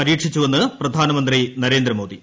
പരീക്ഷിച്ചുവെന്ന് പ്രധാനമന്ത്രി നരേന്ദ്രമോദി